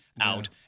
out